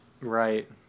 Right